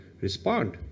respond